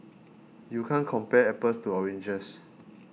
you can't compare apples to oranges